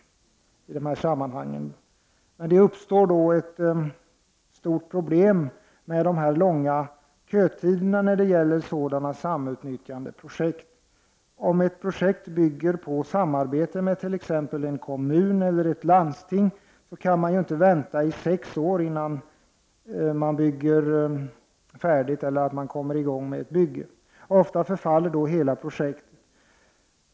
Det uppstår dock ett stort problem med de långa kötiderna när det gäller sådana samnyttjandeprojekt. Om ett projekt bygger på samarbete med t.ex. en kommun eller ett landsting kan man inte vänta i sex år innan bygget kommer i gång. Ofta förfaller då hela projektet.